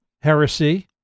Heresy